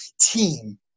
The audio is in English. team